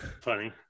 funny